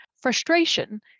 Frustration